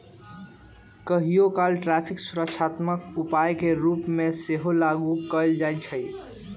कहियोकाल टैरिफ सुरक्षात्मक उपाय के रूप में सेहो लागू कएल जाइ छइ